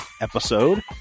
episode